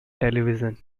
television